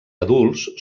adults